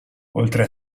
oltre